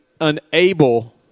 unable